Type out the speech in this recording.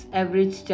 average